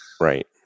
Right